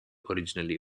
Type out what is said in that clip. originally